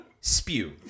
spew